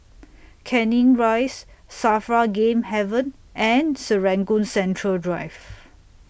Canning Rise SAFRA Game Haven and Serangoon Central Drive